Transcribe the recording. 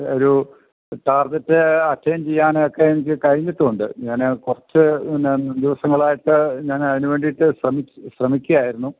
ഒരു target attain ചെയ്യാനൊക്കെ എനിക്ക് കഴിഞ്ഞിട്ടുണ്ട് ഞാന് കുറച്ചു പിന്നെ ദിവസങ്ങളായിട്ട് ഞാനതിനുവേണ്ടിയിട്ട് ശ്രമിക്കുകയായിരുന്നു